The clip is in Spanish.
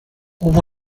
hubo